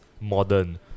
modern